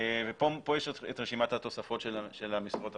ופה יש רשימת תוספות של המשרות הפטורות,